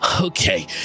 okay